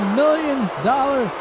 million-dollar